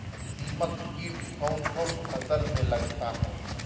दीमक किट कौन कौन फसल में लगता है?